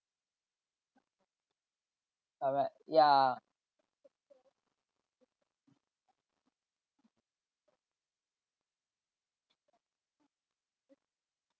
correct ya